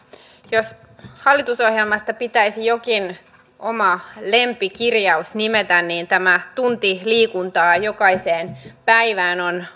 jos hallitusohjelmasta pitäisi jokin oma lempikirjaus nimetä niin tämä tunti liikuntaa jokaiseen päivään on